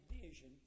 vision